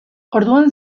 orduan